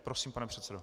Prosím, pane předsedo.